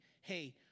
hey